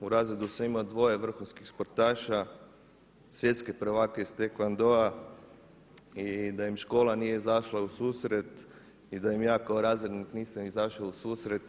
U razredu sam imao dvoje vrhunskih sportaša, svjetske prvake iz tae kwon dou i da im škola nije izašla u susret i da im ja kao razrednik nisam izašao u susret